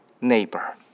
neighbor